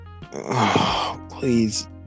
please